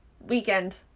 weekend